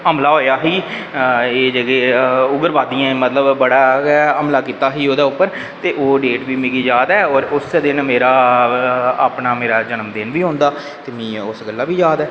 हमला होआ ही एह् मतलब उग्रवादियें जेह्का हमला कीता ही ओह्दे पर ते उसे दिन मेरा अपना जन्मदिन बी औंदा ते मिगी उस गल्ला बी याद ऐ